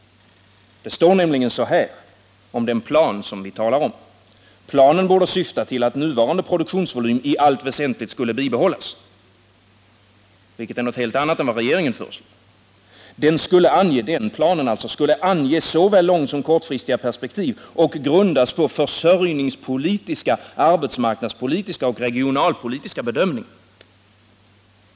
Utskottet anför nämligen följande om den plan som vi talar om: ”Planen borde syfta till att nuvarande produktionsvolym i allt väsentligt skulle bibehållas ” Det är något helt annat än vad regeringen föreslår. Planen skulle vidare ange såväl långsom kortsiktiga perspektiv och grundas på försörjningspolitiska, arbetsmarknadspolitiska och regionalpolitiska bedömningar.